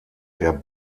der